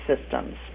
systems